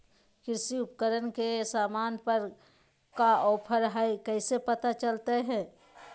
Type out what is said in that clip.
कृषि उपकरण के सामान पर का ऑफर हाय कैसे पता चलता हय?